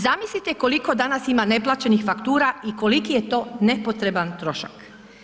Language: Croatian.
Zamislite koliko danas ima neplaćenih faktura i koliki je to nepotreban trošak.